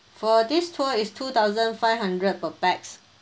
for this tour is two thousand five hundred per pax